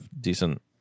decent